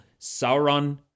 Sauron